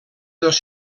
dos